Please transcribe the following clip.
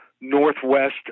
northwest